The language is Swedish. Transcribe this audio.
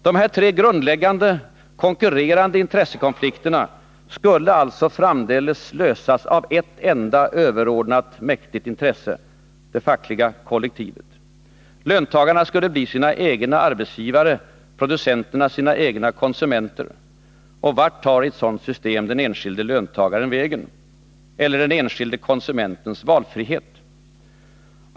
Dessa tre grundläggande intressekonflikter skulle alltså framdeles lösas av ett enda överordnat mäktigt intresse — det fackliga kollektivet. Löntagarna skulle bli sina egna arbetsgivare, producenterna sina egna konsumenter. Vart tar i ett sådant system den enskilde löntagaren vägen — eller den enskilde konsumentens valfrihet?